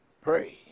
Pray